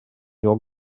your